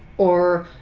or